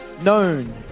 known